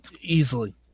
easily